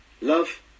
Love